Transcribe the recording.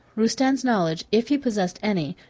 rustan's knowledge, if he possessed any,